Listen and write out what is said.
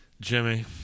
jimmy